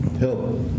help